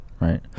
right